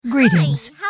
Greetings